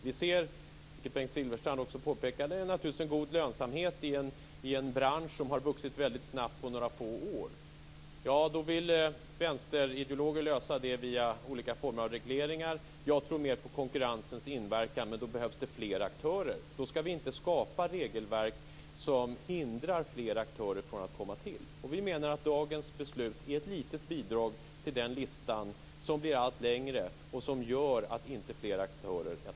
Vi ser, vilket Bengt Silfverstrand också påpekade, naturligtvis en god lönsamhet i en bransch som har vuxit snabbt på några få år. Vänsterideologer vill lösa det här via olika former av regleringar. Jag tror mer på konkurrensens inverkan, men då behövs det fler aktörer. Då skall vi inte skapa regelverk som hindrar fler aktörer från att komma fram. Vi menar att dagens beslut är ett litet bidrag till den lista som blir allt längre och som gör att inte fler aktörer etableras.